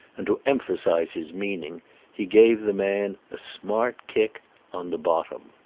and to emphasize his meaning he gave the man a smart kick on the bottom.